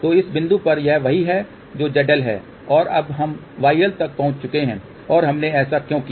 तो इस बिंदु पर यह वही है जो zL है और अब हम yL तक पहुँच चुके हैं और हमने ऐसा क्यों किया